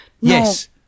Yes